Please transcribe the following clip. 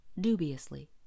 dubiously